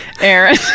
aaron